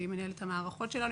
מנהלת המערכות שלנו,